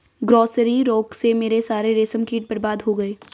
grasserie रोग से मेरे सारे रेशम कीट बर्बाद हो गए